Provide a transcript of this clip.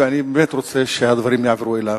ואני באמת רוצה שהדברים יעברו אליו,